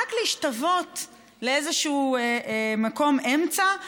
רק להשתוות לאיזשהו מקום אמצע,